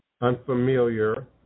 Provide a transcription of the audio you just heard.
unfamiliar